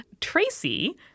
Tracy